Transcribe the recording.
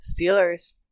Steelers